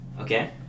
Okay